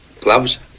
Gloves